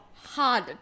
Hard